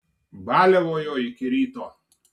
baliavojo iki ryto